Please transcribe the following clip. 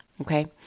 okay